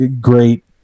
great